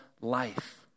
life